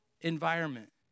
environment